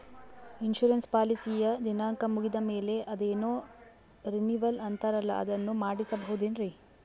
Insurance ಪಾಲಿಸಿಯ ದಿನಾಂಕ ಮುಗಿದ ಮೇಲೆ ಅದೇನೋ ರಿನೀವಲ್ ಅಂತಾರಲ್ಲ ಅದನ್ನು ಮಾಡಿಸಬಹುದೇನ್ರಿ?